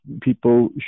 people